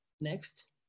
Next